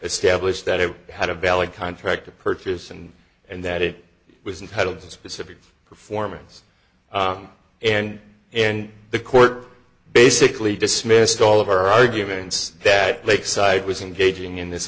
established that it had a valid contract to purchase and and that it was incredibly specific performance and and the court basically dismissed all of our arguments that lakeside was engaging in this